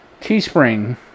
Teespring